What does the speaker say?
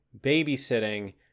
babysitting